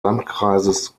landkreises